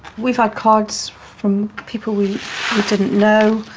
we've had cards from people we didn't know,